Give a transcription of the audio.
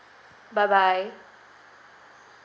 bye bye